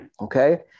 Okay